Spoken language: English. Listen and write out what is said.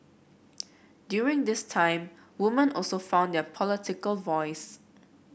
during this time woman also found their political voice